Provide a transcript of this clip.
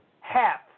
Half